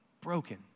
Broken